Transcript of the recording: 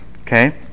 Okay